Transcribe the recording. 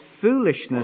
foolishness